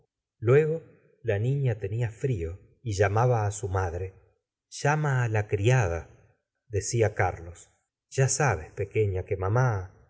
luego la niña tenia frfo y llamaba á su madre llama á la criada decia carlos ya sabes pequeña que mamá